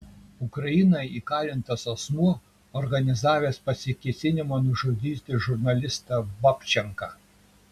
ukrainoje įkalintas asmuo organizavęs pasikėsinimą nužudyti žurnalistą babčenką